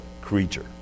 creature